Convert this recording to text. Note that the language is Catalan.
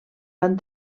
van